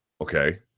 okay